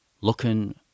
Looking